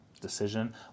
decision